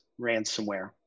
ransomware